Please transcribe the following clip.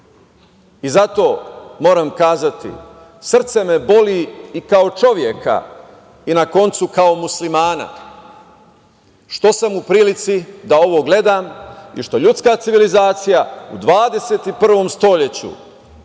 moram kazati da me srce boli, kao čoveka i na koncu kao muslimana, što sam u prilici da ovo gledam i što ljudska civilizacija u 21. veku,